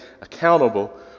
accountable